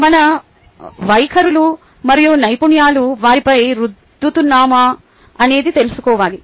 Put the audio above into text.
మన వైఖరులు మరియు నైపుణ్యాలు వారిపై రుద్దుతున్నామా అనేది తెలుసుకోవాలి